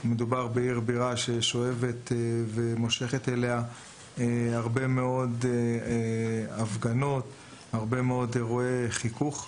מדובר בעיר בירה ששואבת ומושכת אליה הרבה מאוד הפגנות ואירועי חיכוך.